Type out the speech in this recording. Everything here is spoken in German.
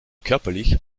körperlich